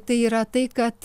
tai yra tai kad